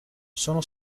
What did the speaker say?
sono